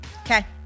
Okay